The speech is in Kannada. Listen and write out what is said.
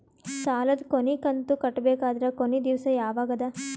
ಸಾಲದ ಕೊನಿ ಕಂತು ಕಟ್ಟಬೇಕಾದರ ಕೊನಿ ದಿವಸ ಯಾವಗದ?